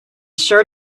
sure